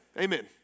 Amen